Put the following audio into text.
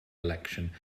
election